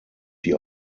die